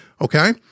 Okay